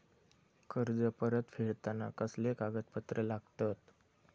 कर्ज परत फेडताना कसले कागदपत्र लागतत?